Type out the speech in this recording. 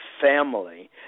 family